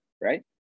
Right